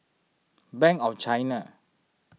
Bank of China